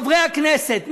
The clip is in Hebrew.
חברי הכנסת,